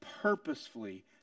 purposefully